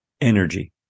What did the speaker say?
energy